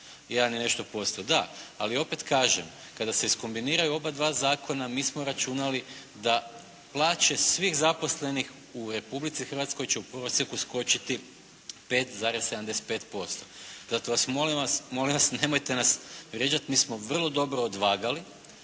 jedan i nešto posto. Da, ali opet kažem, kada se iskombiniraju oba dva zakona mi smo računali da plaće svih zaposlenih u Republici Hrvatskoj će u prosjeku skočiti 5,75%. Zato molim vas nemojte nas vrijeđati. Mi smo vrlo dobro odvagali.